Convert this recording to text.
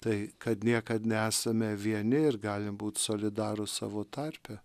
tai kad niekad nesame vieni ir galim būt solidarūs savo tarpe